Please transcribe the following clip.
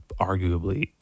arguably